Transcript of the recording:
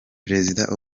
prezida